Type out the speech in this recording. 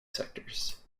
sectors